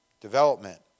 development